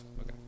Okay